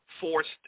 forced